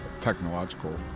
technological